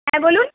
হ্যাঁ বলুন